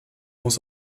muss